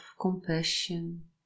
compassion